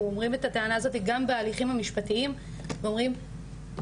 אנחנו אומרים את הטענה הזאת גם בהליכים המשפטיים ואומרים תנו